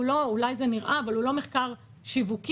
אולי זה נראה אבל הוא לא מחקר שיווקי,